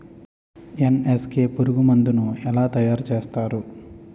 NSK పురుగు మందు ను ఎలా తయారు చేస్తారు?